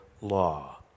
law